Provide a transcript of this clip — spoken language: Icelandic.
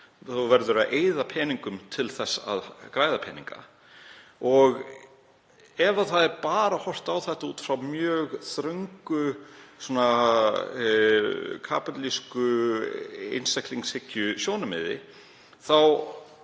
Þú verður að eyða peningum til þess að græða peninga. Ef einungis er horft á þetta út frá mjög þröngu kapítalísku einstaklingshyggjusjónarmiði